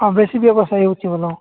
ହଁ ବେଶୀ ବ୍ୟବସାୟ ହେଉଛି ଭଲ